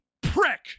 prick